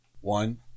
One